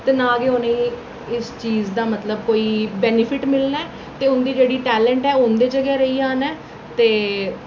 ते ना गै उनेंगी इस चीज दा मतलब कोई बेनीफिट मिलना ते उंदी जेह्ड़ी टैलेंट ऐ उंदे च गै रेही जाना ऐ ते